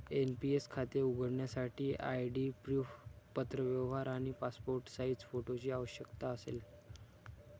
NPS खाते उघडण्यासाठी ID proof, पत्रव्यवहार आणि पासपोर्ट साइज फोटोची आवश्यकता असेल